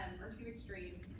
or two extremes.